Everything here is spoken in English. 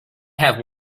have